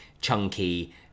chunky